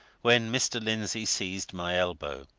when mr. lindsey seized my elbow.